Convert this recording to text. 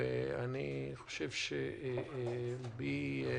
יש